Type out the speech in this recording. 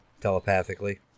telepathically